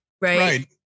Right